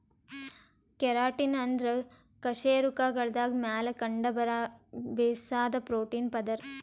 keratin ಅಂದ್ರ ಕಶೇರುಕಗಳ್ದಾಗ ಮ್ಯಾಲ್ ಕಂಡಬರಾ ಬಿರ್ಸಾದ್ ಪ್ರೋಟೀನ್ ಪದರ್